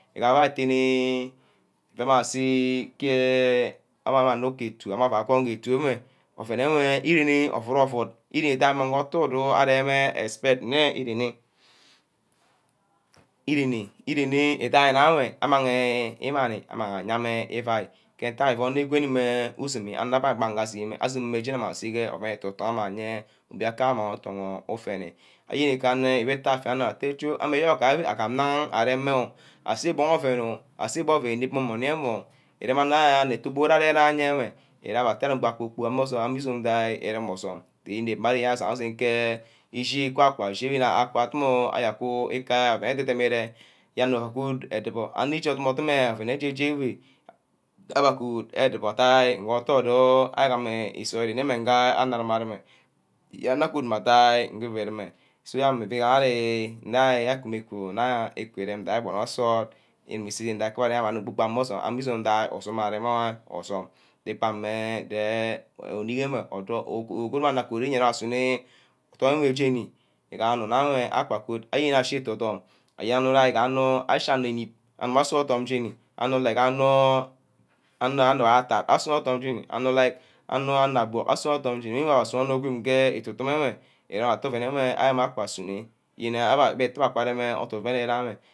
Ígaba atene. í́gabe asi ke amang mme agun ke etu amang mme agun ke etu ewe oven ewe íderemma ovut ovut îdai oven wo arem expect nne îrenne. irenne irenne idaina ewe amang îmani ayame ífai mme ntack who shemí usumi ana afaî asume mme jeho ase ke oven amang mme aye mbiakayo amang mme afenne mme ano atte cho agam nna na arem mme o. ase mbuck oven o. ase mbuck oven înep-nep mme nní or írem anor atubo arewe anor kpor kpork amesome amīzome ke írem orsome jenep mme arí kpor kpork ase ìshì kaku ashi atte aku îka kube oven ededem îre. abe agud edubor anor íshear nge anor agoat mma athai ngu ivv rumeh so meh ngarí ku bonor nsort je anor kpor-kpork aguˈwodder ame asume je kpane nge onor nna goat jení ewe ígane onor nna akagoat ashí ethom aye nge onor ah challenge hip agube aguno orthom j́enî anor íngame onor anor anor attard asunor orthom j́ení anor anor agbork asunor orthom j́ení ke íche orthom ewe ígaha íche orthom ewe ígaha íchí orthom weh aka sunor yene abe ka rem utu diame